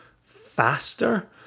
faster